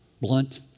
Blunt